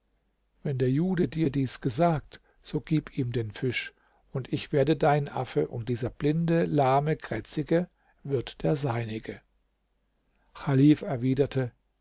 wenn der jude dir dies gesagt so gib ihm den fisch und ich werde dein affe und dieser blinde lahme krätzige wird der seinige chalif erwiderte